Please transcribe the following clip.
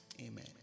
amen